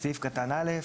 בסעיף קטן (א),